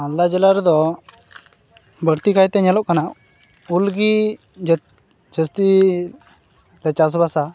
ᱢᱟᱞᱫᱟ ᱡᱮᱞᱟ ᱨᱮᱫᱚ ᱵᱟᱹᱲᱛᱤ ᱠᱟᱭᱛᱮ ᱧᱮᱞᱚᱜ ᱠᱟᱱᱟ ᱩᱞ ᱜᱮ ᱡᱟᱹᱥᱛᱤ ᱞᱮ ᱪᱟᱥ ᱵᱟᱥᱟ